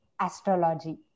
astrology